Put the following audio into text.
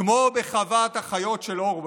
כמו בחוות החיות של אורוול: